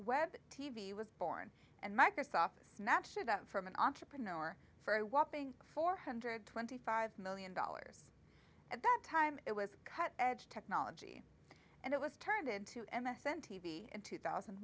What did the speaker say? web t v was born and microsoft snatched it up from an entrepreneur for a whopping four hundred twenty five million dollars at that time it was cutting edge technology and it was turned into m s n t v in two thousand